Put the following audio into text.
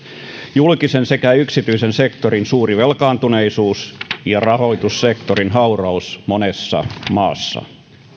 julkisen sekä yksityisen sektorin suuri velkaantuneisuus ja rahoitussektorin hauraus monessa maassa